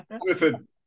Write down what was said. listen